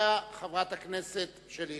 ואחריו, חברת הכנסת שלי יחימוביץ.